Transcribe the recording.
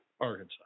Arkansas